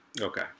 okay